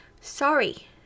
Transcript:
Sorry